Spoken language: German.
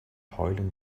heulen